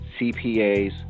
CPAs